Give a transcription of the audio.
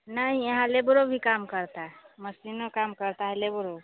नहीं यहाँ लेबरो भी काम करता है मसीनो काम करता है लेबरो